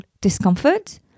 discomfort